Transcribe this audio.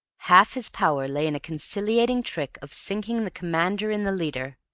half his power lay in a conciliating trick of sinking the commander in the leader.